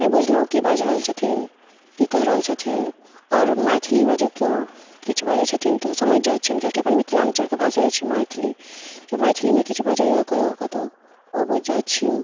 नहि बुझलौहुँ की बाजि रहल छथिन की कहि रहल छथिन आओर मैथिलीमे जँ केओ किछु बजय छथिन तऽ ओ समझि जाइ छनि किएक कि अपन मिथलाञ्चलके भाषे होइ छै मैथिली मैथिलीमे किछु बजैऔ किओ कतहु ओ बुझि जाइ छियनि